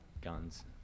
guns